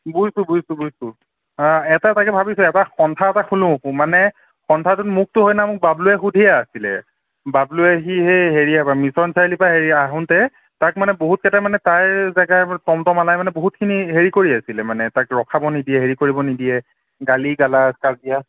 বুইছোঁ বুইছোঁ বুইছোঁ হাঁ এটা তাকে ভাবিছোঁ এটা সন্থা এটা খুলোঁ মানে সন্থাটো মোকতো সেইদিনা বাবলুৱে সুধিয়ে আছিলে বাবলুৱে সি হেৰিয়াৰ পৰা মিচন চাৰিআলিৰ পৰা আহোঁতে তাক মানে বহুতকেইটাই মানে তাৰ জেগাৰে মানে টমটমৱালাই মানে বহুতখিনি হেৰি কৰি আছিলে মানে তাক ৰখাব নিদিয়ে হেৰি কৰিব নিদিয়ে গালি গালাজ কাজিয়া